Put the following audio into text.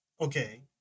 Okay